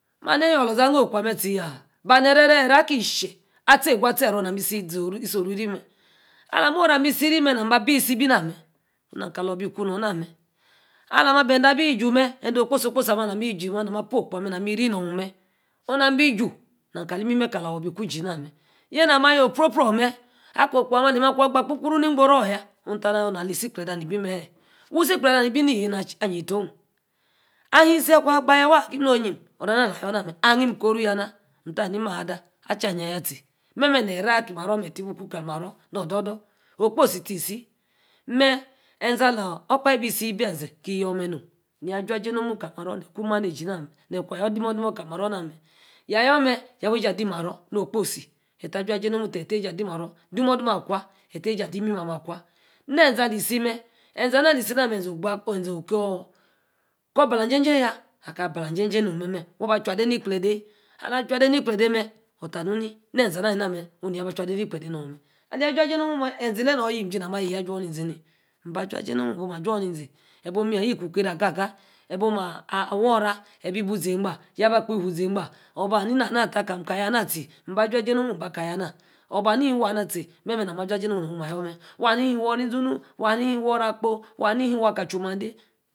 Mah. haa eyie. o-Lorȝa. nn-noh okpa meh. tie. yaa. bani-ero-ero. aki i-jie. atie-egu-atie-ero. nami. isi oru iri meh ala moh oro-amed. abi-isi bi naméh. nam kalor bi ku-nu nam meh ala-ma, ben-ende. abi ju meh. ende. okposí-okposí anied alami. abi ju meh. onu nam appu okpo ameh. nam iri nor-meh. onam bí ju nam kali imimeh kala-wor. bi ku ji-na meh yeeh nan maa-ayor opro-pro? meh. okpo ameh alimeh agba kpo-poru. yaa. ni gboru heey. oh tah na hie ísi ekleda ana meh ebí meh heey. wu ìsí-ìklede ana ebi neyi na yie-etar. oh. ahim-si aku agba yaa waa ha agim. no-oyim. ora-ana alayor na meh ani koru yaa na. nn-ka haa ni emah ada. cha-yíah yaa tie. memeh. ney. raah aki. maro meh. eti bu ku. kali maro. nor-oda-dou. okposi. tie-si meh eȝee. alor okpahe bí sí ebe-ȝee. kí yor meh nom yaa aj̄a-ji nomu kalí maro. neku manayeh nameh. ne-ku. ayor dimomoh kalí maro nai meh. yaa. yor meh. yaa wey-jije adi-maro kposí. kposí etah. aja-jie nomu etah awey-jie adimaro. dumu-akwa. etah awey-jie adi-imimeh ameh akwa ne-eȝee ali-si meh. eȝee. ana ali-sina, kor-ba-na aja-jey-yaa. aka bana-aja jey nomeh. waah ba ache ade-nikplede, alah. ache. ade nikplede meh. otah nu-ni eȝah amah. ache. ade-bi ikplede nomeh. alah ajua-jie. mba. ajua-jie nomu-mu mba moh mah ajua-niȝee. eba-oh mah yeeh kukerey agagah eba oh ma. awor ora. yei-bu ȝee-ba yaa. akpo. abi whoh. zeeh-ba. orr ba haa-ni-ni oka yanah tie. mba-ajua. jie nomu-mu. mba-ka yanah oh. ba yani nn-waa ana tie. memeh nami ajua jie. nomu-mu nami omah ayor meh. waah-hanni inn-jie. nomu-mu nami omah ayor meh. waah-hanni inn-wor-ora in-ziunui nn-ora akpo. wanni nn-waa ka. chumande